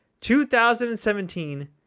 2017